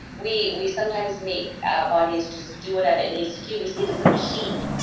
we we sometimes make our bodies just do whatever it needs to do. we see it as a machine,